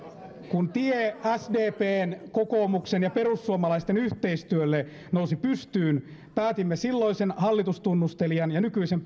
kun tie sdpn kokoomuksen ja perussuomalaisten yhteistyölle nousi pystyyn päätimme silloisen hallitustunnustelijan ja nykyisen